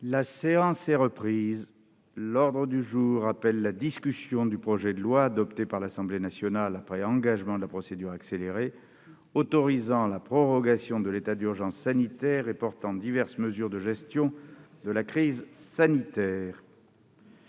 La séance est reprise. L'ordre du jour appelle la discussion du projet de loi, adopté par l'Assemblée nationale après engagement de la procédure accélérée, autorisant la prorogation de l'état d'urgence sanitaire et portant diverses mesures de gestion de la crise sanitaire